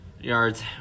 Yards